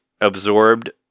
absorbed